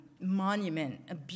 monument